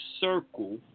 circle